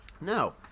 Now